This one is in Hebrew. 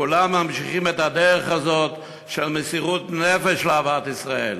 כולם ממשיכים את הדרך הזאת של מסירות נפש לאהבת ישראל.